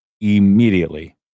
Immediately